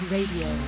Radio